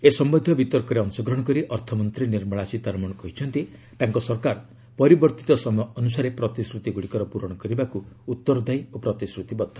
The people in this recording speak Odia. ଏ ସମ୍ବନ୍ଧୀୟ ବିତର୍କରେ ଅଂଶଗ୍ରହଣ କରି ଅର୍ଥମନ୍ତ୍ରୀ ନିର୍ମଳା ସୀତାରମଣ କହିଛନ୍ତି ତାଙ୍କ ସରକାର ପରିବର୍ତ୍ତିତ ସମୟ ଅନୁସାରେ ପ୍ରତିଶ୍ରତିଗୁଡ଼ିକର ପୂରଣ କରିବାକୁ ଉତ୍ତରଦାୟୀ ଓ ପ୍ରତିଶ୍ରତିବଦ୍ଧ